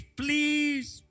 please